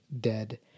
dead